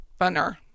Funner